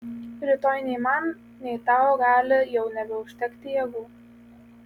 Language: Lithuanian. rytoj nei man nei tau gali jau nebeužtekti jėgų